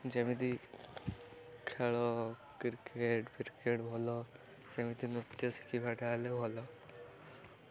ଯେମିତି ଖେଳ କ୍ରିକେଟ ଫ୍ରିକେଟ ଭଲ ସେମିତି ନୃତ୍ୟ ଶିଖିବାଟା ହେଲେ ଭଲ